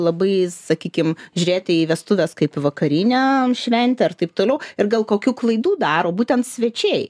labai sakykim žiūrėti į vestuves kaip į vakarinę šventę ar taip toliau ir gal kokių klaidų daro būtent svečiai